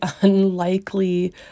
unlikely